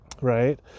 right